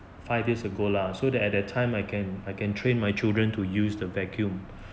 five years ago lah so that at that time I can I can train my children to use the vacuum